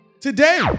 Today